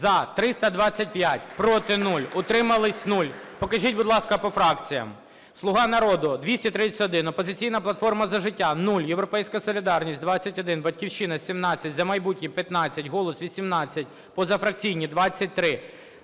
За - 332, проти – 0, утримались – 3. Покажіть, будь ласка, по фракціям. "Слуга народу" – 232, "Опозиційна платформа – За життя" – 16, "Європейська солідарність" – 20, "Батьківщина" – 17, "За майбутнє" – 12, "Голос" – 18, позафракційні – 17.